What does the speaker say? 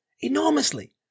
Enormously